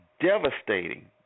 devastating